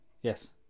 yes